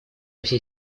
всей